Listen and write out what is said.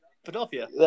Philadelphia